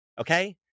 okay